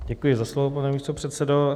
Děkuji za slovo, pane místopředsedo.